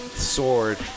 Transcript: Sword